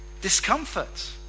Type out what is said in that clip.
discomfort